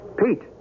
Pete